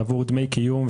עבור דמי קיום,